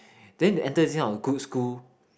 then they enter this kind of good school